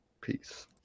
Peace